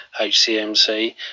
HCMC